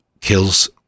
kills